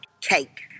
cake